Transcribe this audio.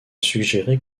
suggéré